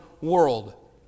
world